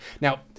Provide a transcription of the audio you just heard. Now